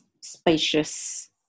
spacious